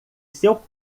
seu